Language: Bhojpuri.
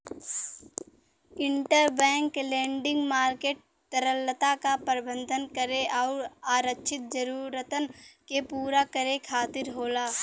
इंटरबैंक लेंडिंग मार्केट तरलता क प्रबंधन करे आउर आरक्षित जरूरतन के पूरा करे खातिर होला